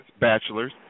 bachelor's